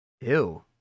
Ew